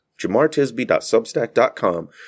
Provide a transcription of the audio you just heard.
Jamartisby.substack.com